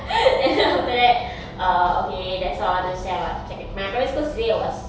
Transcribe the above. and then after that err okay that's all then seco~ my primary school C_C_A was